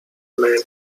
man